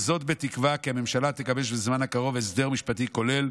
וזאת בתקווה כי הממשלה תגבש בזמן הקרוב הסדר משפטי כולל